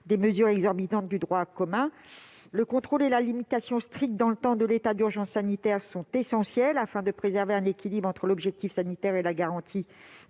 des mesures exorbitantes du droit commun. Le contrôle et la limitation stricte dans le temps de l'état d'urgence sanitaire sont essentiels, afin de préserver un équilibre entre l'objectif sanitaire et la garantie de